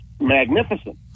magnificent